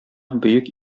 бөек